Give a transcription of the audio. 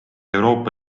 euroopa